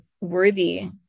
worthy